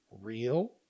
real